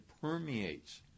permeates